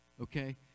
okay